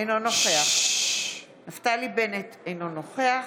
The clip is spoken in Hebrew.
אינו נוכח נפתלי בנט, אינו נוכח